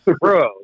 Bro